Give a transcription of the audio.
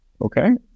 Okay